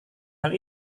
hal